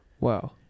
Wow